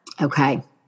Okay